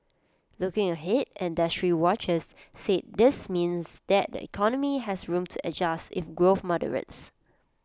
looking ahead industry watchers said this means that the economy has room to adjust if growth moderates